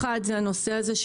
האחת זה הנושא של